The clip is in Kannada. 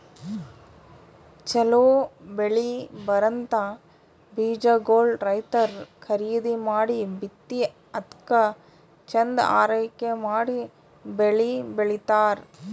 ಛಲೋ ಬೆಳಿ ಬರಂಥ ಬೀಜಾಗೋಳ್ ರೈತರ್ ಖರೀದಿ ಮಾಡಿ ಬಿತ್ತಿ ಅದ್ಕ ಚಂದ್ ಆರೈಕೆ ಮಾಡಿ ಬೆಳಿ ಬೆಳಿತಾರ್